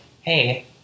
hey